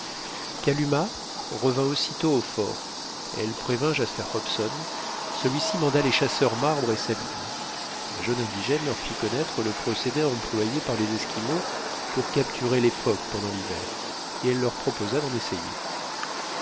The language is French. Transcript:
kalumah revint aussitôt au fort elle prévint jasper hobson celui-ci manda les chasseurs marbre et sabine la jeune indigène leur fit connaître le procédé employé par les esquimaux pour capturer les phoques pendant l'hiver et elle leur proposa d'en essayer